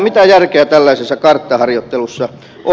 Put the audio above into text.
mitä järkeä tällaisessa karttaharjoittelussa on